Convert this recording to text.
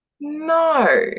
No